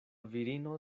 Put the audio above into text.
virino